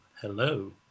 Hello